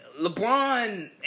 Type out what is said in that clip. LeBron